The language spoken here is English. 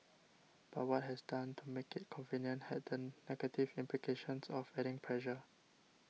but what was done to make it convenient had the negative implications of adding pressure